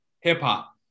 hip-hop